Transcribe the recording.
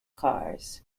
cars